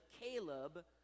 Caleb